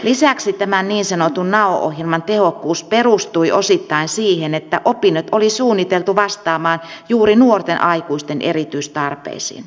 lisäksi tämän niin sanotun nao ohjelman tehokkuus perustui osittain siihen että opinnot oli suunniteltu vastaamaan juuri nuorten aikuisten erityistarpeisiin